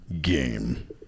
game